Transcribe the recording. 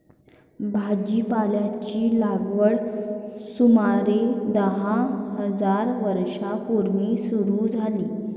भाजीपाल्याची लागवड सुमारे दहा हजार वर्षां पूर्वी सुरू झाली